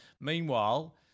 Meanwhile